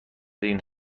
این